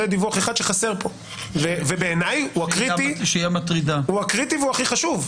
זה דיווח אחד שחסר פה ובעיני הוא הקריטי והוא הכי חשוב,